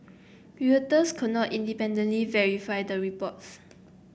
Reuters could not independently verify the reports